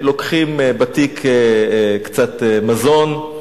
לוקחים בתיק קצת מזון,